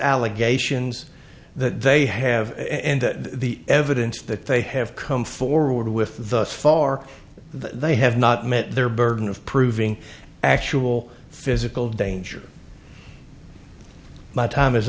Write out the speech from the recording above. allegations that they have and the evidence that they have come forward with the so far they have not met their burden of proving actual physical danger my time is